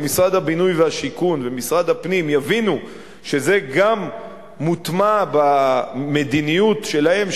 אם משרד הבינוי והשיכון ומשרד הפנים יבינו שזה גם מוטמע במדיניות שלהם,